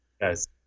Yes